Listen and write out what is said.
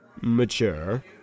Mature